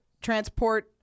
transport